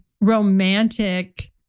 romantic